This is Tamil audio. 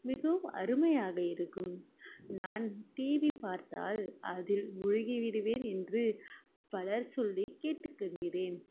மிகவும் அருமையாக இருக்கும் நான் டிவி பார்த்தால் அதில் முழுகி விடுவேன் என்று பலர் சொல்லி கேட்டுக்கொள்கிறேன்